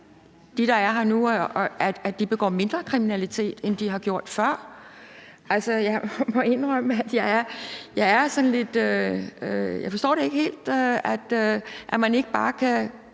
dem, der er her nu, begår mindre kriminalitet, end de har gjort før. Altså, jeg må indrømme, at jeg ikke helt